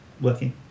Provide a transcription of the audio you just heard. working